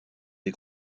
des